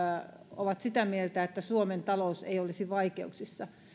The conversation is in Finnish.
ovat sitä mieltä että suomen talous ei olisi vaikeuksissa